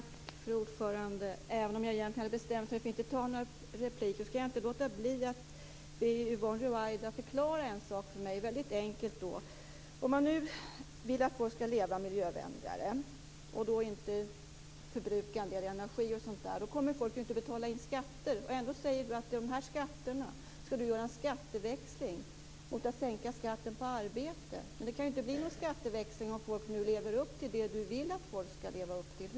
Fru talman! Trots att jag egentligen hade bestämt mig för att inte begära replik kan jag inte låta bli att be Yvonne Ruwaida förklara en sak för mig på ett väldigt enkelt sätt. Man vill att folk skall leva miljövänligare och låta bli att förbruka en del energi. Då kommer folk inte att betala in skatter. Ändå säger Yvonne Ruwaida att hon skall göra en skatteväxling och sänka skatten på arbete. Det kan inte bli någon skatteväxling om folk lever upp till det hon vill att folk skall leva upp till.